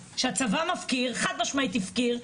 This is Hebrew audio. חד משמעית הפקיר,